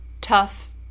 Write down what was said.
tough